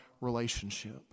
relationship